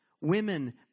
Women